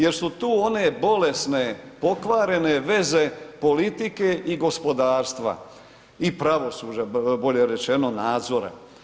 Jer su tu one bolesne pokvarene veze politike i gospodarstva i pravosuđa bolje rečeno nadzora.